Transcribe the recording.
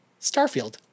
Starfield